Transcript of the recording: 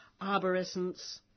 Arborescence